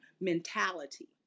mentality